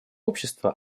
общества